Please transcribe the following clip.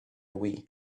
wii